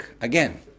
again